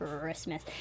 Christmas